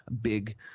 big